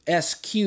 SQ